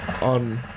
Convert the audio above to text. on